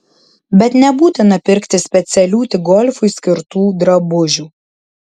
bet nebūtina pirkti specialių tik golfui skirtų drabužių